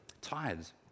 tides